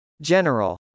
General